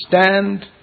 stand